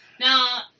Now